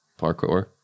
Parkour